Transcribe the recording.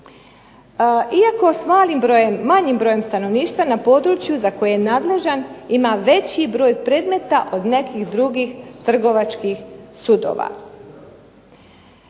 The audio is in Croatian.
Iako s manjim brojem stanovništva na području za koje je nadležan ima veći broj predmeta od nekih drugih trgovačkih sudova.